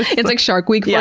it's like shark week yeah